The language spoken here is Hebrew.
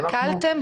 שקלתם?